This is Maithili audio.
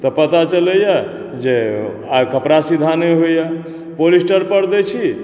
तऽ पता चलै यऽ जे कपड़ा सीधा नहि होए यऽ पोलीस्टर पर दै छी